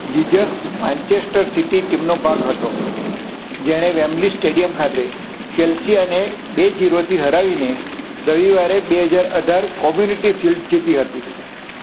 Jesus Manchester City ટીમનો ભાગ હતો જેણે વેમ્બલી સ્ટેડિયમ ખાતે ચેલ્સિયાને બે જીરોથી હરાવીને રવિવારે બે હજાર અઢાર કોમ્યુનિટી શીલ્ડ જીતી હતી